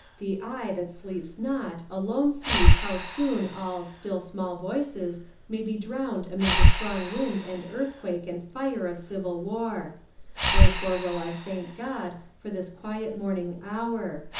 the eye that sleeps not alone sees how soon all still small voices may be drowned amid the strong wind and earthquake and fire of civil war there fore will i thank god for this quiet morning hour,